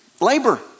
labor